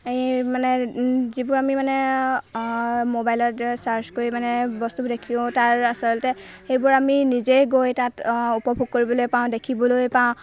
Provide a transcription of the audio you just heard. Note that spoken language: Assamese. এই মানে যিবোৰ আমি মানে মবাইলতে ছাৰ্চ কৰি মানে বস্তু দেখিও তাৰ আচলতে সেইবোৰ আমি নিজেই গৈ তাত উপভোগ কৰিবলৈ পাওঁ দেখিবলৈ পাওঁ